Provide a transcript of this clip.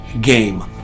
game